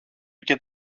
για